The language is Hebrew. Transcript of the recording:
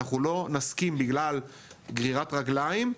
ואנחנו לא נסכים ,בגלל גרירת רגליים,